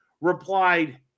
replied